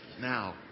now